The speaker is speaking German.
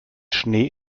schnee